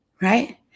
right